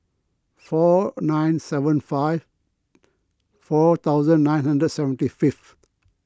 four nine seven five four thousand nine hundred seventy fifth